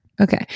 Okay